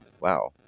Wow